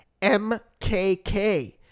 MKK